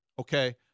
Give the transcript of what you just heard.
Okay